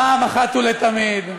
אחת ולתמיד,